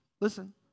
listen